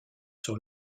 sur